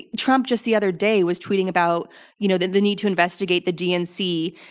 trump just the other day was tweeting about you know the the need to investigate the dnc,